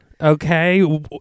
Okay